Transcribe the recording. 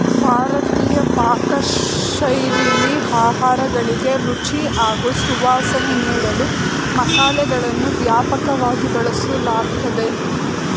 ಭಾರತೀಯ ಪಾಕಶೈಲಿಲಿ ಆಹಾರಗಳಿಗೆ ರುಚಿ ಹಾಗೂ ಸುವಾಸನೆ ನೀಡಲು ಮಸಾಲೆಗಳನ್ನು ವ್ಯಾಪಕವಾಗಿ ಬಳಸಲಾಗ್ತದೆ